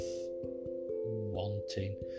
wanting